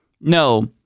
No